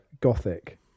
gothic